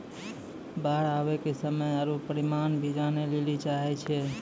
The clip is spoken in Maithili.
बाढ़ आवे के समय आरु परिमाण भी जाने लेली चाहेय छैय?